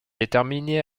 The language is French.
déterminé